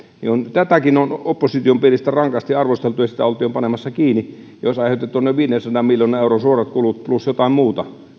tätäkin on opposition piiristä rankasti arvosteltu sitä oltiin jo panemassa kiinni ja olisi aiheutettu noin viidensadan miljoonan euron suorat kulut plus jotain muuta